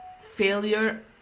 failure